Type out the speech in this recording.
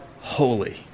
holy